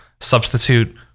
substitute